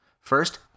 First